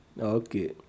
Okay